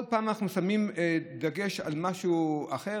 כל פעם אנחנו שמים דגש על משהו אחר.